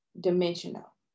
dimensional